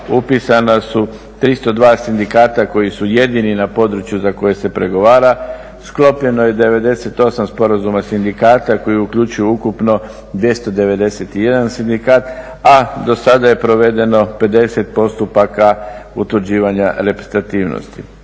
upisana su 302 sindikata koji su jedini na području za koje se pregovara. Sklopljeno je 98 sporazuma sindikata koji uključuju ukupno 291 sindikat, a do sada je provedeno 50 postupaka utvrđivanja reprezentativnosti.